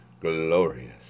glorious